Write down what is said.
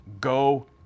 go